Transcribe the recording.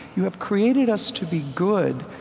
you have created us to be good,